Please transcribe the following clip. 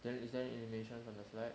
then is there any animation from the slide